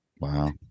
Wow